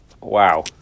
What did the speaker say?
wow